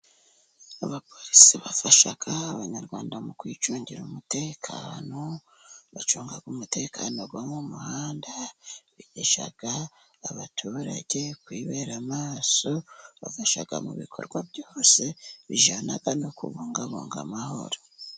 Abapolisi bafasha abanyarwanda mu kwicungira umutekano. Bacunga umutekano wo mu muhanda, bigisha abaturage kwibera amaso, bafasha mu bikorwa byose bijyana no kubungabunga amahoro.